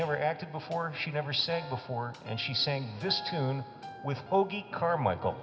never acted before she never sang before and she sang this tune with hoagy carmichael